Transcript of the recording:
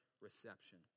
reception